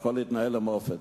הכול התנהל למופת.